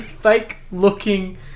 fake-looking